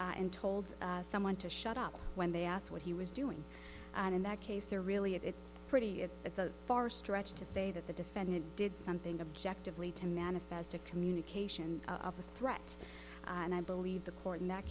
money and told someone to shut up when they asked what he was doing and in that case there really it's pretty if it's a far stretch to say that the defendant did something objective lead to manifest a communication a threat and i believe the court in that